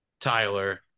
Tyler